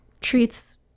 treats